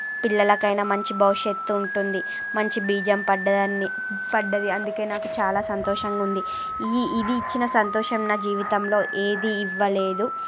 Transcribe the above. పిల్లలకైన మంచి భవిష్యత్తు ఉంటుంది మంచి బీజం పడింది అని పడింది అందుకే నాకు చాలా సంతోషంగా ఉంది ఈ ఇది ఇచ్చిన సంతోషం నా జీవితంలో ఏది ఇవ్వలేదు